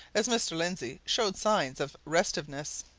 as mr. lindsey showed signs of restiveness.